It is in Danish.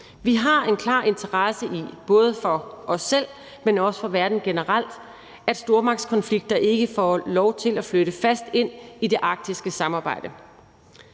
Vi har en klar interesse i, både for os selv, men også for verden generelt, at stormagtskonflikter ikke får lov til at flytte fast ind i det arktiske samarbejde.